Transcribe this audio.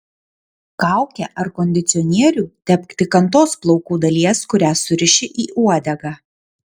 kaukę ar kondicionierių tepk tik ant tos plaukų dalies kurią suriši į uodegą